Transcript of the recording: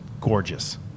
gorgeous